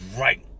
Right